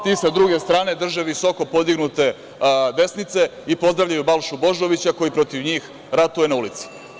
Ti sa druge strane drže visoko podignute desnice i pozdravljaju Balšu Božovića, koji protiv njih ratuje na ulici.